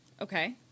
Okay